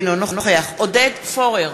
אינו נוכח עודד פורר,